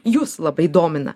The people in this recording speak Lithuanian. jus labai domina